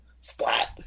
splat